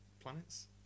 planets